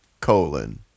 colon